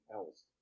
else